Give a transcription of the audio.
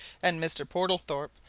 and mr. portlethorpe,